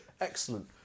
Excellent